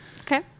okay